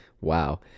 Wow